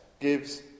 gives